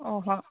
অ' হয়